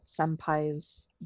senpais